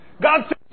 God